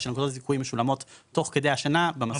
כאשר נקודות הזיכוי משולמות תוך כדי השנה במשכורות.